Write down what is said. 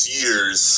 years